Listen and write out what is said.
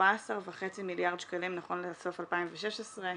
14.5 מיליארד שקלים נכון לסוף 2016,